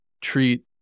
treat